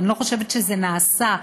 ואני לא חושבת שזה נעשה: